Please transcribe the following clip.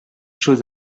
chose